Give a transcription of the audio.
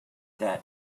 that